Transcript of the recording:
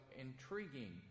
intriguing